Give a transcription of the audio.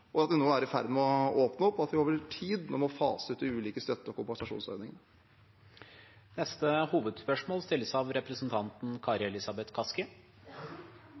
at vi nå er i ferd med å åpne opp, og at vi over tid nå må fase ut de ulike støtte- og kompensasjonsordningene. Vi går videre til neste hovedspørsmål.